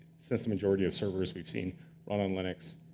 since the majority of servers we've seen run on linux,